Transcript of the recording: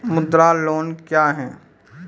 मुद्रा लोन क्या हैं?